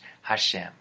Hashem